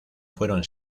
fueron